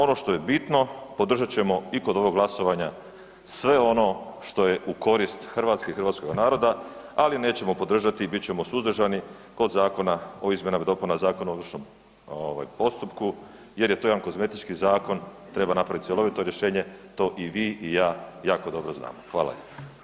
Ono što je bitno, podržat ćemo i kod ovog glasovanja sve ono što je u korist Hrvatske, hrvatskoga naroda, ali nećemo podržati i bit ćemo suzdržani kod Zakona o izmjenama i dopunama Zakona o ovršnom postupku jer je to jedan kozmetički zakon, treba napraviti cjelovito rješenje, to i vi i ja jako dobro znamo.